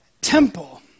temple